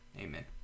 Amen